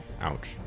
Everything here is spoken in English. Ouch